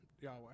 Yahweh